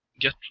get